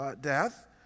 death